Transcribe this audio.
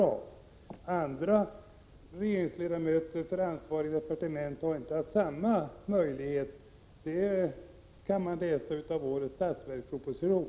Att andra regeringsledamöter inte har haft samma möjlighet kan utläsas av årets budgetproposition.